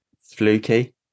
fluky